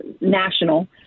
National